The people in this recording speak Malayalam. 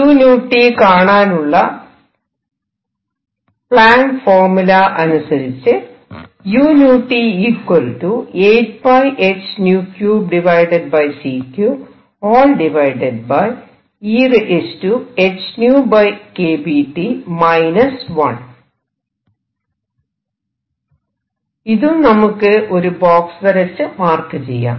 uT കാണാനുള്ള പ്ലാങ്ക് ഫോർമുല Planck's formula അനുസരിച്ച് ഇതും നമുക്ക് ഒരു ബോക്സ് വരച്ച് മാർക്ക് ചെയ്യാം